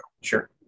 Sure